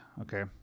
Okay